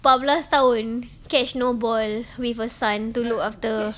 empat belas tahun catch no ball with a son to look after